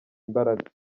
imbaraga